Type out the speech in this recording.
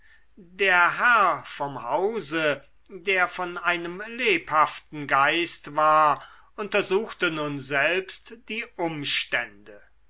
der herr vom hause der von einem lebhaften geist war untersuchte nun selbst die umstände